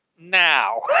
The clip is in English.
now